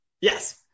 yes